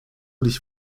dich